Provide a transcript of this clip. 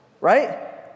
Right